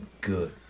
good